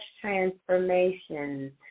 Transformation